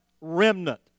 remnant